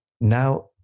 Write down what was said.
now